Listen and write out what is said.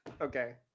Okay